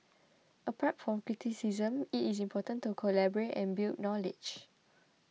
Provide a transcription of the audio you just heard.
apart from criticism it is important to collaborate and build knowledge